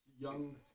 young